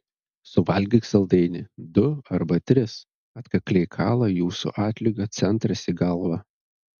suvalgyk saldainį du arba tris atkakliai kala jūsų atlygio centras į galvą